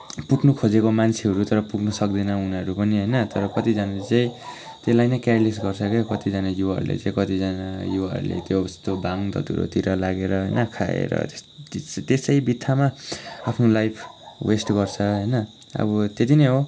पुग्नुखोजेको मान्छेहरू तर पुग्नुसक्दैन उनीहरू पनि होइन तर कतिजनाले चाहिँ त्यसलाई नै केयरलेस गर्छ के कतिजना युवाहरूले चाहिँ कतिजना युवाहरूले त्यस्तो भाङधतुरोतिर लागेर होइन खाएर त्यस त्यस त्यस्तै बित्थामा आफ्नो लाइफ वेस्ट गर्छ होइन अब त्यति नै हो